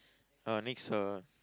uh next uh